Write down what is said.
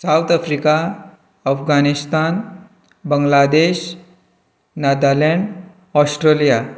south Africa Afghanistan Bangladesh Nagaland Australia